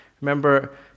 Remember